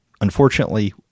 unfortunately